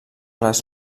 les